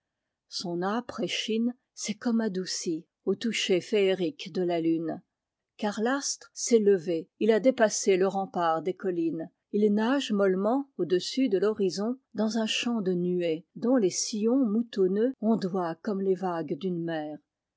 son âpre échine s'est comme adoucie au toucher féerique de la lune car l'astre s'est levé il a dépassé le rempart des collines il nage mollement au-dessus de l'horizon dans un champ de nuées dont les sillons moutonneux ondoient comme les vagues d'une mer